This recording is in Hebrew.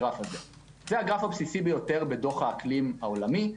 זה הגרף הבסיסי ביותר בדוח האקלים העולמי.